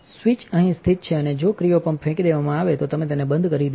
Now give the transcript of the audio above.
switch અહીં સ્થિત છે અને જોક્રિઓપંપ ફેંકી દેવામાં આવેતો તમે તેને બંધ કરી દીધું છે